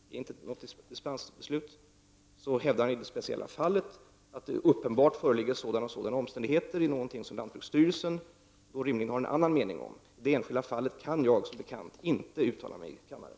Det är inte något dispensbeslut. Han hävdar i det speciella fallet att det uppenbart föreligger vissa omständigheter, som lantbruksstyrelsen har en annan mening om. Om det enskilda fallet kan jag som bekant inte uttala mig i kammaren.